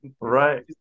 right